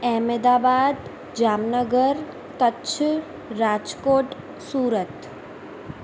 Ahmedabad Jamnagar Kutch Rajkot Surat